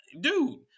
Dude